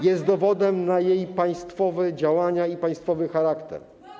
jest dowodem na jej państwowe działania i państwowy charakter.